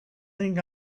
think